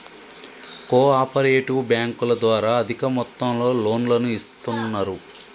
co operative బ్యాంకుల ద్వారా అధిక మొత్తంలో లోన్లను ఇస్తున్నరు